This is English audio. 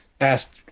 asked